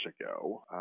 ago